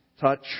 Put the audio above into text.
touch